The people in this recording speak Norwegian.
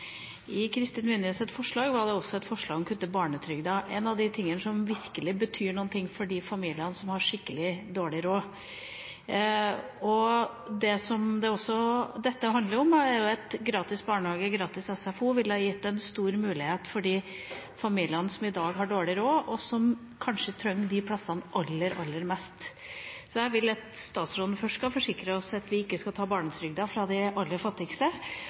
I Kristin Vinjes forslag var det også et forslag om å kutte barnetrygden – én av de tingene som virkelig betyr noe for de familiene som har skikkelig dårlig råd. Dette handler også om at gratis barnehage og gratis SFO ville gitt en stor mulighet til de familiene som i dag har dårlig råd, og som kanskje trenger de plassene aller, aller mest. Så jeg vil at statsråden først skal forsikre oss om at de ikke skal ta barnetrygden fra de aller fattigste,